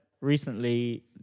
recently